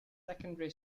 secondary